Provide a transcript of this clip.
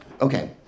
okay